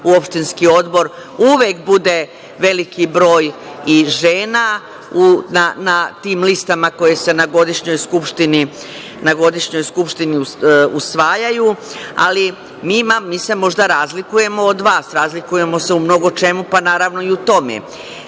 u opštinski odbor, uvek bude veliki broj i žena na tim listama koje se na godišnjoj skupštini usvajaju. Ali, mi se možda razlikujemo od vas, razlikujemo se u mnogočemu, pa naravno i u tome. Mi